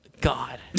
God